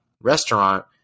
restaurant